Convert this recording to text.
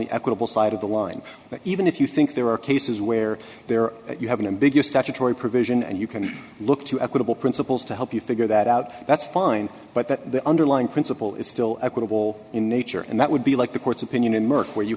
the equitable side of the line that even if you think there are cases where there you have an ambiguous statutory provision and you can look to equitable principles to help you figure that out that's fine but that the underlying principle is still equitable in nature and that would be like the court's opinion